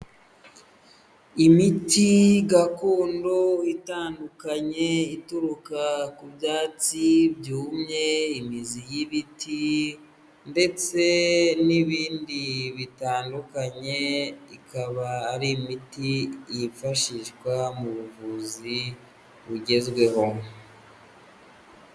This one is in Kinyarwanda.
Imiti gakondo itandukanye ituruka ku byatsi byumye, imizi y'ibiti, ndetse n'ibindi bitandukanye ikaba ari imiti yifashishwa mu buvuzi bugezweho.